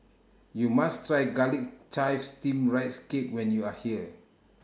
YOU must Try Garlic Chives Steamed Rice Cake when YOU Are here